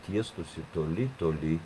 tiestųsi toli toli